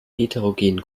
heterogenen